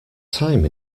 time